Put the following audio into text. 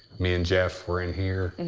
me and jeff were in here and